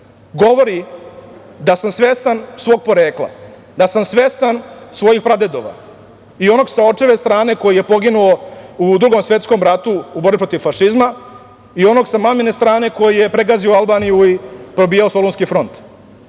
govori da sam svestan svog porekla, da sam svestan svojih pradedova, i onog sa očeve strane koji je poginuo u Drugom svetskom ratu u borbi protiv fašizma i onog sa mamine strane koji je pregazio Albaniju i probijao Solunski front.